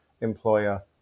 employer